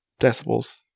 decibels